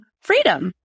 freedom